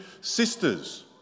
sisters